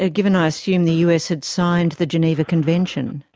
ah given i assume the us had signed the geneva convention?